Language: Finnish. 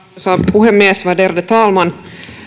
puhemies värderade talman